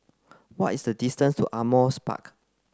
what is the distance to Ardmore's Park